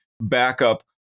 backup